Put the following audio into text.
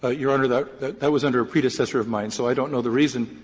ah your honor, that that that was under a predecessor of mine, so i don't know the reason.